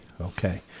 okay